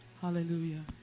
hallelujah